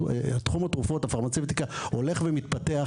תחום התרופות הולך ומתפתח,